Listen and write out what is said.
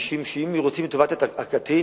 משום שאם רוצים את טובת הקטין,